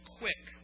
quick